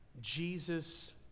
Jesus